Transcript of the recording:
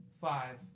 Five